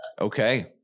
Okay